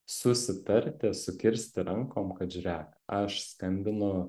susitarti sukirsti rankom kad žiūrėk aš skambinu